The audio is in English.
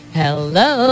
hello